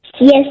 Yes